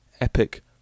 epic